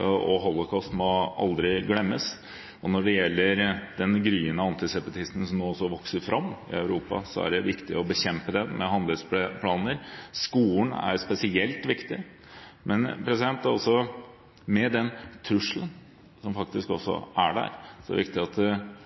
og Holocaust må aldri glemmes. Når det gjelder den gryende antisemittismen som nå også vokser fram i Europa, er det viktig å bekjempe den med handlingsplaner. Skolen er spesielt viktig. Men med den trusselen som faktisk også er der, er det viktig at